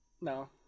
No